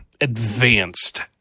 advanced